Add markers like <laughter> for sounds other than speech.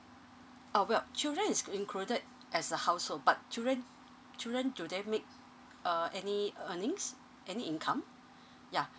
uh well children is included as a household but children children do they make uh any earnings any income <breath> yeah